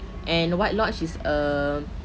and white lodge is um